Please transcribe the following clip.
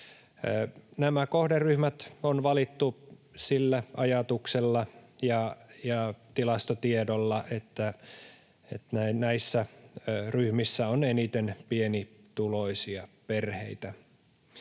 Nämä kohderyhmät on valittu sillä ajatuksella ja tilastotiedolla, että näissä ryhmissä on eniten pienituloisia perheitä.